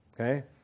Okay